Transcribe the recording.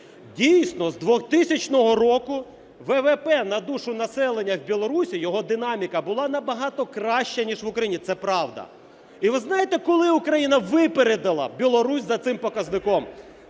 Дійсно, з 2000 року ВВП на душу населення в Білорусі, його динаміка, була набагато краща, ніж в Україні, це правда. І ви знаєте, коли України випередила Білорусь за цим показником?